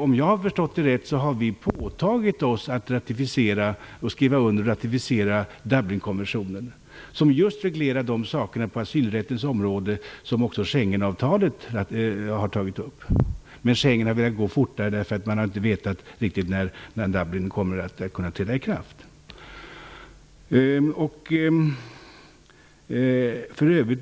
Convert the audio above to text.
Om jag har förstått det rätt har vi åtagit oss att ratificera Dublinkonventionen, som just reglerar de frågor på asylrättens område som också Schengenavtalet har tagit upp. Schengenavtalet har gått fortare eftersom man inte riktigt vetat när Dublinavtalet skulle komma att träda i kraft.